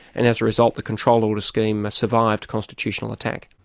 and as a result the control order scheme survived constitutional attack.